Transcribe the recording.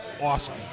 awesome